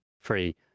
free